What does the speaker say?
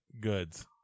goods